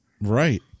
Right